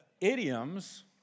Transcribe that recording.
Idioms